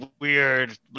weird